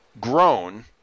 grown